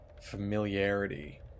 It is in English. familiarity